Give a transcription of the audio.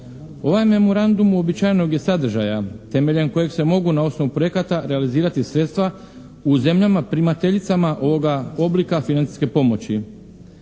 Ovaj memorandum uobičajenog je sadržaja temeljem kojeg se mogu na osnovu projekata realizirati sredstva u zemljama primateljicama ovoga oblika financijske pomoći.